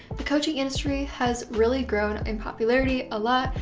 the coaching industry has really grown in popularity a lot.